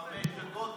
חמש דקות.